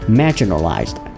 marginalized